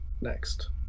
next